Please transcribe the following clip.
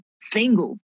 single